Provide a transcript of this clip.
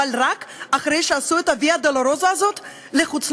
אבל רק אחרי שעשו את ה"ויה דולורוזה" הזאת לחוץ-לארץ.